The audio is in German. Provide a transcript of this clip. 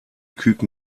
küken